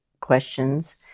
questions